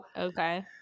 Okay